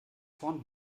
vorn